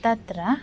तत्र